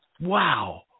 Wow